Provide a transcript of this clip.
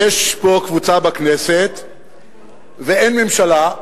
יש פה קבוצה בכנסת ואין ממשלה.